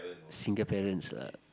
single parents lah